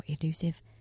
elusive